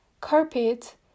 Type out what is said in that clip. Carpet